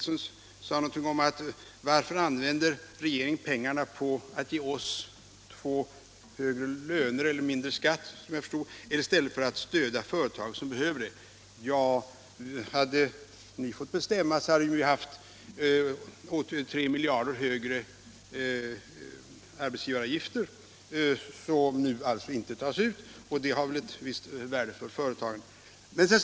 Herr Nilsson frågade varför regeringen använder pengar för att ge högre löner — eller såvitt jag förstår för att ta ut mindre skatt — i stället för att stödja företag som behöver stöd. Men om ni fått bestämma hade vi ju haft 3 miljarder kronor högre arbetsgivaravgifter, som nu alltså inte tas ut, vilket har ett visst värde för företagen.